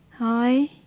Hi